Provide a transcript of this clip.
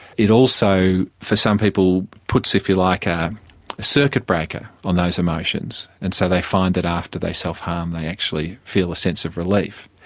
it also for some people puts if you like and a circuit breaker on those emotions and so they find that after they self harm they actually feel a sense of relief.